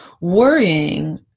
worrying